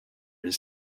his